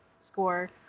score